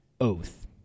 oath